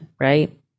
right